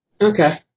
Okay